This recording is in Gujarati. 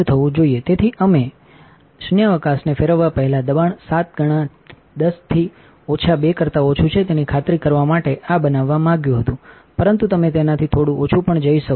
તેથી અમે sureંચા શૂન્યાવકાશને ફેરવવા પહેલાં દબાણ 7 ગણા 10 થી ઓછા 2 કરતા ઓછું છે તેની ખાતરી કરવા માટે આ બનાવવા માંગ્યું હતું પરંતુ તમે તેનાથી થોડું ઓછું પણ જઈ શકો છો